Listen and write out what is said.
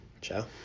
Ciao